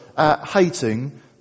Hating